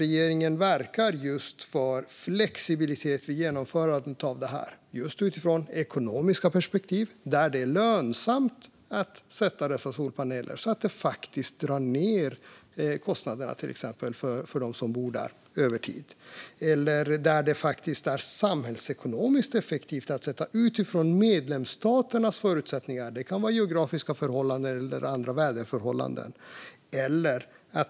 Regeringen verkar för flexibilitet vid genomförandet av detta utifrån ekonomiska perspektiv där det är lönsamt att sätta upp dessa solpaneler, så att det över tid faktiskt drar ned kostnaderna för dem som bor där, eller där det är samhällsekonomiskt effektivt att sätta upp dem utifrån medlemsstaternas förutsättningar - det kan handla om geografiska förhållanden eller andra väderförhållanden.